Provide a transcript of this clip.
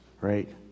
right